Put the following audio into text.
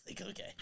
okay